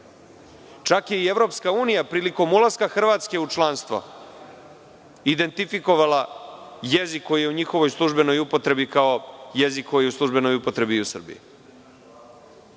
Čak je i EU, prilikom ulaska Hrvatske u članstvo, identifikovala jezik koji je u njihovoj službenoj upotrebi kao jezik koji je u službenoj upotrebi i u Srbiji.